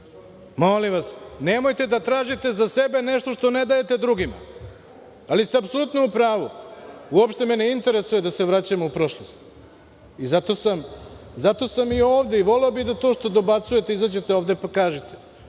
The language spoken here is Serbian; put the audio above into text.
Molim vas, nemojte da tražite za sebe nešto što ne dajete drugima, ali ste apsolutno u pravu, uopšte me ne interesuje da se vraćamo u prošlost. Zato sam i ovde i voleo bi da to što dobacujete, izađete ovde pa kažete.